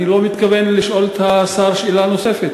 אני לא מתכוון לשאול את השר שאלה נוספת,